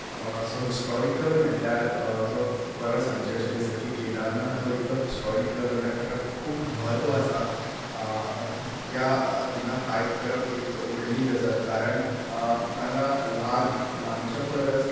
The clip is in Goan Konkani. सो हिस्टॉरिकल म्हळ्यार जी केदारनाथ वयतलो हिस्टॉरिकल म्हळ्यार ताका खूब म्हत्व आसा त्या तिंगा हायक करप एक व्हडली गजाल कारण तांगा ल्हान ल्हानच्या परस